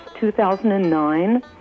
2009